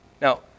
Now